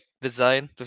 design